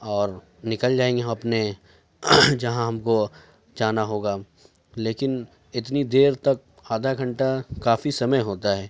اور نکل جائیں گے ہم اپنے جہاں ہم کو جانا ہوگا لیکن اتنی دیر تک آدھا گھنٹہ کافی سمے ہوتا ہے